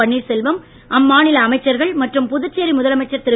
பன்னீர்செல்வம் மற்றும் அமைச்சர்கள் மற்றும் புதுச்சேரி முதலமைச்சர் திரு